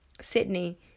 Sydney